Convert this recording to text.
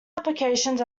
applications